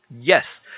Yes